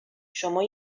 شما